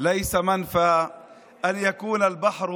לא נחזור כמו,